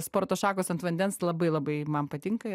sporto šakos ant vandens labai labai man patinka